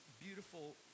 beautiful